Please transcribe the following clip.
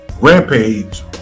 Rampage